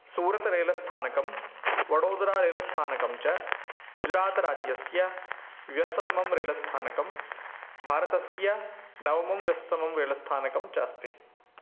सूरत् रेलस्थानकं वडोदरारेलस्थानकं च गुजरात् राज्यस्य व्यस्ततमं रेलस्थानकं भारतस्य नवमं व्यस्ततमं रेलस्थानकं च अस्ति